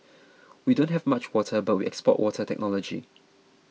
we don't have much water but we export water technology